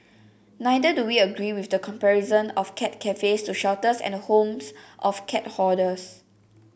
neither do we agree with the comparison of cat cafes to shelters and the homes of cat hoarders